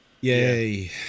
Yay